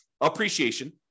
Appreciation